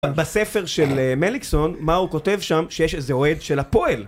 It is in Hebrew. בספר של מליקסון, מה הוא כותב שם? שיש איזה אוהד של הפועל.